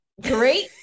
great